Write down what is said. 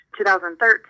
2013